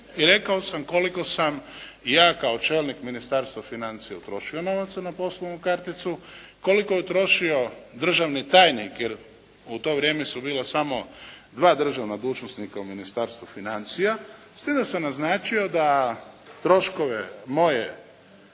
i rekao sam koliko sam i ja kao čelnik Ministarstva financija utrošio novaca na poslovnu karticu, koliko je utrošio državni tajnik jer u to vrijeme su bila samo dva državna dužnosnika u Ministarstvu financija, s time da sam naglasio da troškove moje